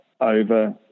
over